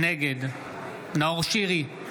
נגד נאור שירי,